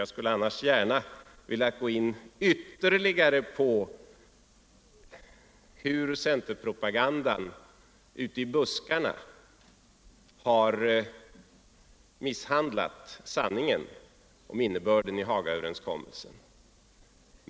Jag skulle annars gärna ha velat gå in ytterligare på hur centerpropagandan ute i buskarna misshandlat sanningen om innebörden i Hagaöverenskommelsen.